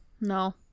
No